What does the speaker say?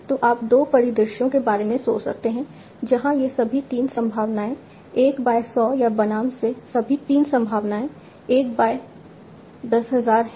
तो आप 2 परिदृश्यों के बारे में सोच सकते हैं जहां यह सभी 3 संभावनाएं 1 बाय 100 या बनाम ये सभी 3 संभावनाएं 1 बाय 10000 हैं